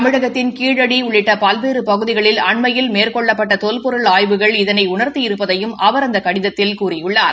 தமிழகத்தின் கீழடி உள்ளிட்ட பல்வேறு பகுதிகளில் அண்மையில் மேற்கொள்ளப்பட்ட தொல்பொருள் ஆய்வுகள் இதனை உணர்த்தி இருப்பதையும் அவர் அந்த கடிதத்தில் கூறியுள்ளார்